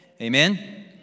Amen